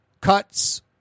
cuts